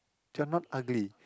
you are not ugly